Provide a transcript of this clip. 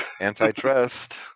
Antitrust